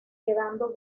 quedando